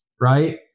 Right